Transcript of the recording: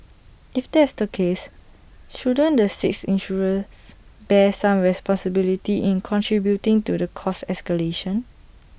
if that's the case shouldn't the six insurers bear some responsibility in contributing to the cost escalation